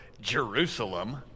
Jerusalem